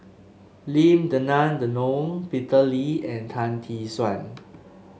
Lim Denan Denon Peter Lee and Tan Tee Suan